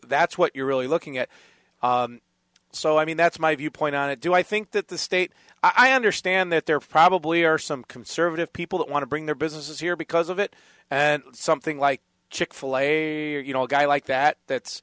that's what you're really looking at so i mean that's my viewpoint on it do i think that the state i understand that there probably are some conservative people that want to bring their businesses here because of it and something like chick fil a you know a guy like that that's